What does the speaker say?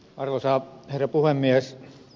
arvoisa herra puhemies